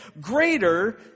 greater